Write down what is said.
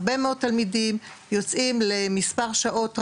הרבה מאוד תלמידים יוצאים למספר שעות רב,